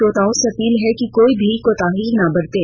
श्रोताओं से अपील है कि कोई भी कोताही ना बरतें